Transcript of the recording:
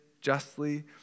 justly